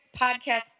podcast